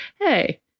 hey